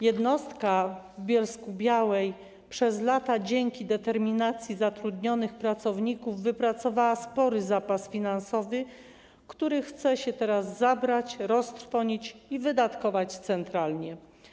Jednostka w Bielsku-Białej przez lata dzięki determinacji zatrudnionych pracowników wypracowała spory zapas finansowy, który chce się teraz zabrać, roztrwonić i wydatkować centralnie.